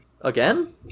Again